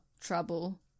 trouble